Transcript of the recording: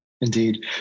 Indeed